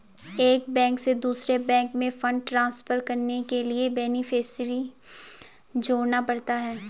एक बैंक से दूसरे बैंक में फण्ड ट्रांसफर करने के लिए बेनेफिसियरी जोड़ना पड़ता है